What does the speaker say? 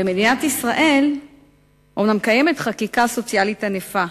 במדינת ישראל אומנם קיימת חקיקה סוציאלית ענפה,